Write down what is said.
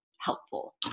helpful